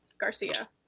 Garcia